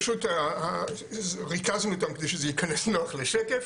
פשוט ריכזנו אותם כדי שזה ייכנס נוח לשקף,